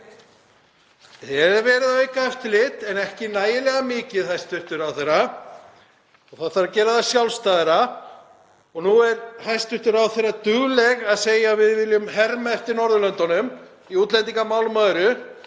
Hefur verið að auka eftirlit, en ekki nægilega mikið, hæstv. ráðherra, og það þarf að gera það sjálfstæðara. Nú er hæstv. ráðherra dugleg að segja: Við viljum herma eftir Norðurlöndunum í útlendingamálum